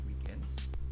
weekends